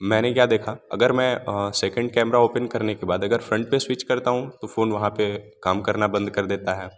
मैंने क्या देखा अगर मैं सेकंड कैमरा ओपेन करने के बाद अगर फ़्रंट पे स्विच करता हूँ तो फ़ोन वहाँ पे काम करना बंद कर देता है